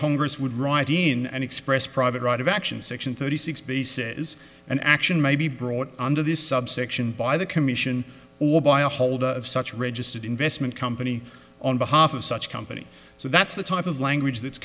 congress would write in and express private right of action section thirty six b says an action may be brought under this subsection by the commission or by a holder of such registered investment company on behalf of such company so that's the type of language that's